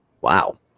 Wow